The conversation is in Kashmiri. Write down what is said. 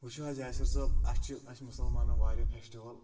وٕچھو حظ یاثر صٲب اَسہِ چھِ اَسہِ مُسلمانَن واریاہ فیسٹِوَل